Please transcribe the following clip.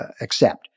accept